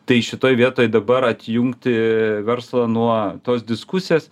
tai šitoj vietoj dabar atjungti verslą nuo tos diskusijos